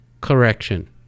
correction